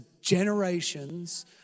generations